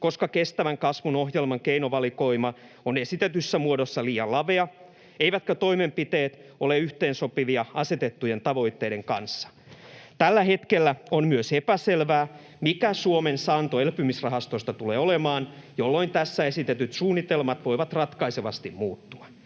koska kestävän kasvun ohjelman keinovalikoima on esitetyssä muodossaan liian lavea eivätkä toimenpiteet ole yhteensopivia asetettujen tavoitteiden kanssa. Tällä hetkellä on myös epäselvää, mikä Suomen saanto elpymisrahastosta tulee lopulta olemaan, jolloin tässä esitetyt suunnitelmat voivat ratkaisevasti muuttua.